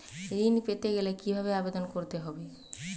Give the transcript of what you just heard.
ঋণ পেতে গেলে কিভাবে আবেদন করতে হবে?